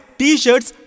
t-shirts